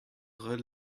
rit